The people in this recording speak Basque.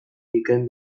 bikain